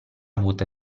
avuta